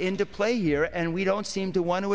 into play here and we don't seem to want to